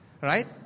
right